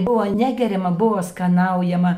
buvo negeriama buvo skanaujama